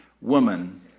Woman